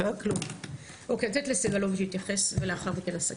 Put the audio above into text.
אני נותנת לסגלוביץ' להתייחס ולאחר מכן אסכם.